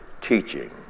teaching